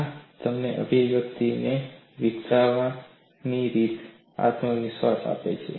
આ તમને અભિવ્યક્તિઓ વિકસાવવાની રીતથી આત્મવિશ્વાસ આપે છે